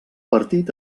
partit